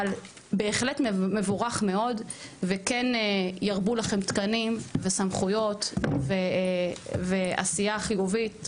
אבל זה בהחלט מבורך מאוד וכן ירבו לכם תקנים וסמכויות ועשייה חיובית.